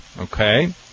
okay